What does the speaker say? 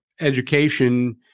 education